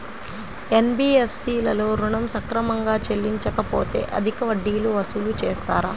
NBFC లలో ఋణం సక్రమంగా చెల్లించలేకపోతె అధిక వడ్డీలు వసూలు చేస్తారా?